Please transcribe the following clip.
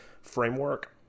framework